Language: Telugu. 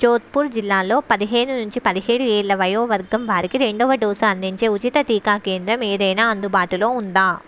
జోధ్పూర్ జిల్లాలో పదిహేను నుంచి పదిహేడు ఏళ్ళ వయోవర్గం వారికి రెండవ డోసు అందించే ఉచిత టీకా కేంద్రం ఏదైనా అందుబాటులో ఉందా